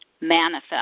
manifest